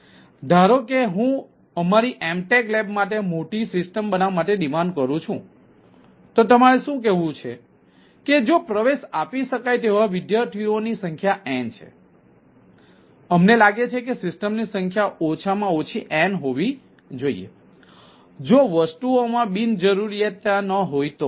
ધારો કે હું અમારી MTech લેબ માટે મોટી સિસ્ટમ બનાવવા ડિમાન્ડ કરું છું તો તમારે શું કહેવું છે કે જો પ્રવેશ આપી શકાય તેવા વિદ્યાર્થીઓની સંખ્યા n છે તેથી અમને લાગે છે કે સિસ્ટમ ની સંખ્યા ઓછા માં ઓછી n હોવી જોઈએ જો વસ્તુઓમાં બિનજરૂરીતા ન હોય તો